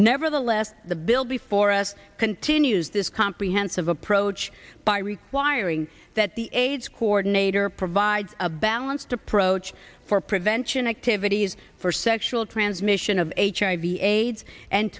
nevertheless the bill before us continues this comprehensive approach by requiring that the aids coordinator provides a balanced approach for prevention activities for sexual transmission of hiv aids and